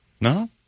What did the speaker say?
No